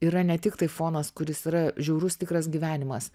yra ne tiktai fonas kuris yra žiaurus tikras gyvenimas